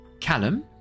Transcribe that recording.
Callum